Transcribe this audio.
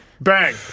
Bang